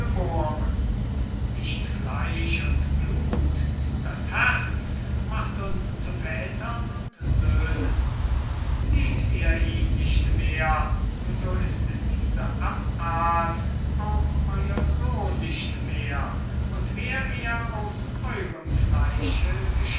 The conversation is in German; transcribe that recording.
nicht fleisch und blut das herz macht uns zu vätern und söhnen liebt ihr ihn nicht mehr so ist diese abart auch euer sohn nicht mehr und wär er aus eurem fleische